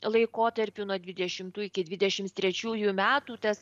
laikotarpiu nuo dvidešimtų iki dvidešimts trečiųjų metų tas